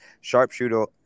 Sharpshooter